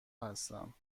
هستم